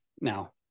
Now